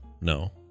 No